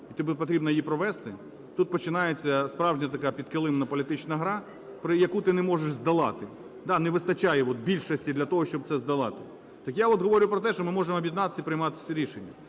і тобі потрібно її провести, тут починається справжня така підкилимна політична гра, про… яку ти не можеш здолати. Да, не вистачає от більшості для того, щоб це здолати. Так я от говорю про те, що ми можемо об'єднатися і приймати ці рішення.